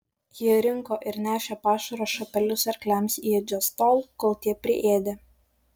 jie rinko ir nešė pašaro šapelius arkliams į ėdžias tol kol tie priėdė